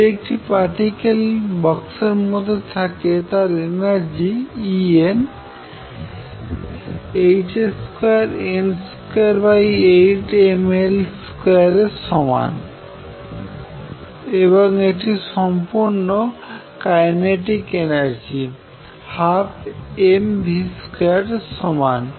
যদি একটি পার্টিকেল একটা বক্সের মধ্যে থাকে তবে তার এনার্জি En h2n28mL2এর সমান এবং এটি সম্পূর্ণ কাইনেটিক এনার্জি 12mv2এর সমান